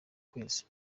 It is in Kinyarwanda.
kwezi